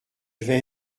vais